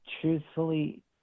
truthfully